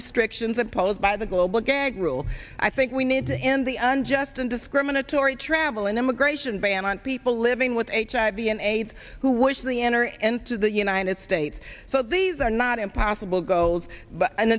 restrictions imposed by the global gag rule i think we need to end the un just in discriminatory travellin immigration ban on people living with eight b n aides who wish the enter and to the united states so these are not impossible goals but